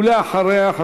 ואחריה,